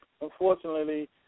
unfortunately